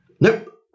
nope